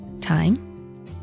time